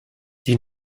die